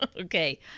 Okay